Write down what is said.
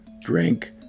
drink